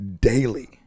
daily